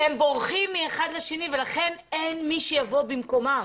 הם בורחים מאחד לשני ולכן אין מי שיבוא במקומם.